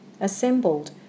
Assembled